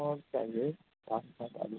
اور چاہیے آپ کے پاس ابھی